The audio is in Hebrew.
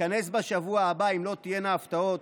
ייכנס בשבוע הבא, אם לא תהיינה הפתעות,